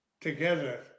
together